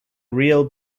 real